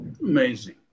amazing